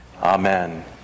Amen